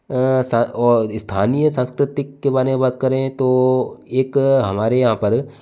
स्थानीय सांस्कृतिक के बारे में बारे में बात करें तो एक हमारे यहाँ पर